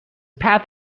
path